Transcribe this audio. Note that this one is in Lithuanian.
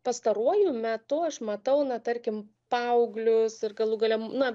pastaruoju metu aš matau na tarkim paauglius ir galų gale na